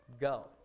go